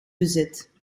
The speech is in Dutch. bezet